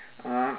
uh